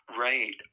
Right